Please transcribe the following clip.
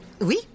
oui